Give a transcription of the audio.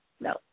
no